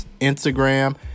Instagram